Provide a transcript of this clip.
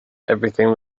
everything